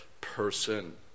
person